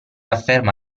afferma